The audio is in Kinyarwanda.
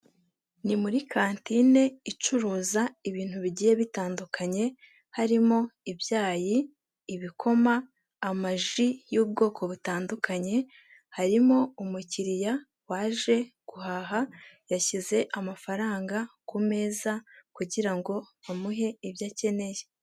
Ni muri kantine icuruza ibintu bigiye bitandukanye harimo ibyayi ibikoma amaji y'ubwoko butandukanye harimo umukiriya waje guhaha, yashyize amafaranga ku meza kugira ngo amuhe ibyo akeneye.